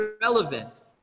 relevant